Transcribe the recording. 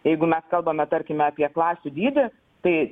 jeigu mes kalbame tarkime apie klasių dydį tai